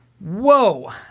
Whoa